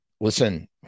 listen